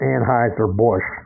Anheuser-Busch